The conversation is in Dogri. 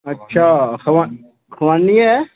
अच्छा खब खबानी ऐ